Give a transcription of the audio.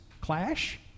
clash